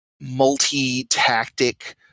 multi-tactic